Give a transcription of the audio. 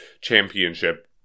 championship